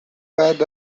بعد